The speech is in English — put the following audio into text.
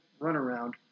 runaround